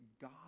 God